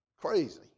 Crazy